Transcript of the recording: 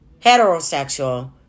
heterosexual